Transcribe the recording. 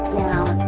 down